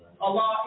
Allah